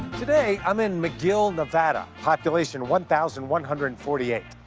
today i'm in mcgill, nevada, population one thousand one hundred and forty eight.